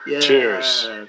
Cheers